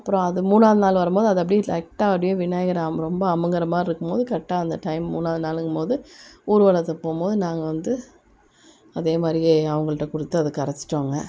அப்றம் அது மூணாவது நாள் வரும்போது அது அப்படியே லைட்டாக அப்படியே விநாயகர் ரொம்ப அமுங்கிற மாதிரி இருக்கும்போது கரெக்டாக அந்த டைம் மூணாவது நாளுங்கும்போது ஊர்வலத்துக்கு போகும்போது நாங்கள் வந்து அதே மாதிரியே அவங்கள்ட்ட கொடுத்து அது கரைச்சிட்டோங்க